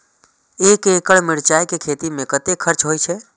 एक एकड़ मिरचाय के खेती में कतेक खर्च होय छै?